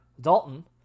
Dalton